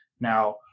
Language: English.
Now